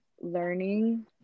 learning